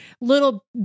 little